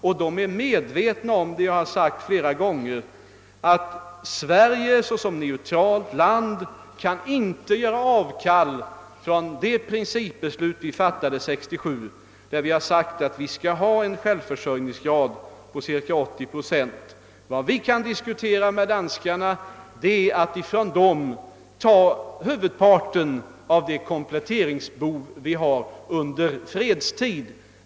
Vi har flera gånger framhållit för våra nordiska grannar, att Sverige såsom neutralt land inte kan göra avkall på det principbeslut vi fattade år 1967 om en 80-procentig självförsörjningsgrad. Vad vi kan diskutera med danskarna är att från dem ta huvudparten av det kompletteringsbehov vi har under fredstid.